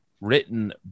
written